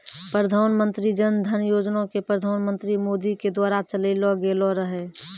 प्रधानमन्त्री जन धन योजना के प्रधानमन्त्री मोदी के द्वारा चलैलो गेलो रहै